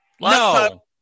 No